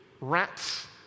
rats